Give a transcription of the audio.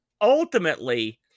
ultimately